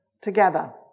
together